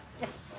Yes